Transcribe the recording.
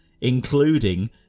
including